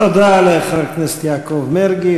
תודה לחבר הכנסת יעקב מרגי,